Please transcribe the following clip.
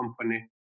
company